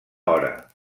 hora